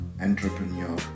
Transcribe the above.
entrepreneur